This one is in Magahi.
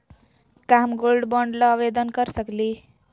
का हम गोल्ड बॉन्ड ल आवेदन कर सकली?